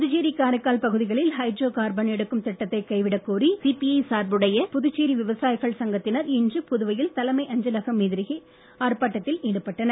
புதுச்சேரி காரைக்கால் பகுதிகளில் ஹைட்ரோகார்பன் எடுக்கும் திட்டத்தைக் கைவிடக்கோரி சிபிஐ சார்புடைய புதுச்சேரி விவசாயிகள் சங்கத்தினர் இன்று புதுவையில் தலைமை அஞ்சலகம் எதிரே ஆர்ப்பாட்டத்தில் ஈடுபட்டனர்